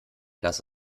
dass